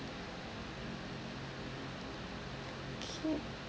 okay